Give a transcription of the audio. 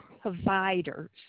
providers